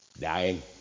Dying